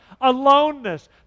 aloneness